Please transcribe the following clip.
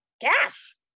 cash